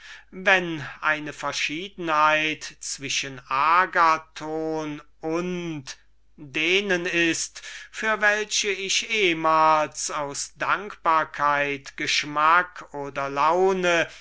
wenn eine verschiedenheit zwischen agathon und den besten ist für welche ich ehmals aus dankbarkeit geschmack oder laune